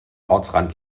ortsrand